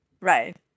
Right